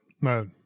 no